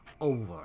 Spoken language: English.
over